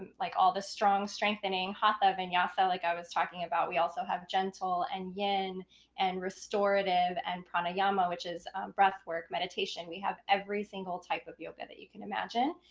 like, all the strong, strengthening hatha vinyasa like i was talking about. we also have gentle and yen and restorative and pranayama, which is breath-work meditation. we have every single type of yoga that you can imagine.